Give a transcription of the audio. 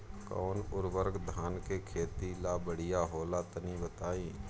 कौन उर्वरक धान के खेती ला बढ़िया होला तनी बताई?